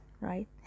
right